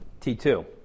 T2